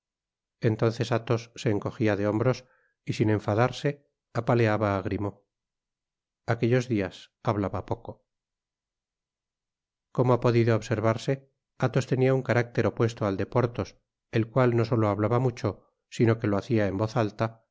entonces athos se encojia de hombros y sin enfadarse apaleaba á grimaud aquellos dias hablaba poco como lia podido observarse athos tenia un carácter opuesto al de porthos el cual no solo hablaba mucho sino que lo hacia en voz alta